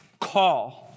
call